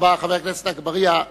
תודה, חבר הכנסת אגבאריה.